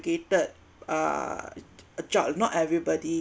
educated uh a job not everybody